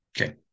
Okay